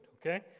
Okay